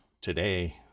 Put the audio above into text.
today